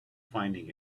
finding